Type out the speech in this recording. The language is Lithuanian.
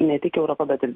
ne tik europa bet ir